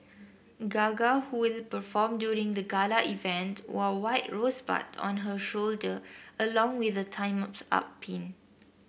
Gaga who will perform during the gala event wore white rosebuds on her shoulder along with a Time's Up pin